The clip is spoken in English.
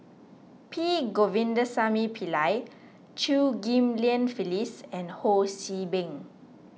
P Govindasamy Pillai Chew Ghim Lian Phyllis and Ho See Beng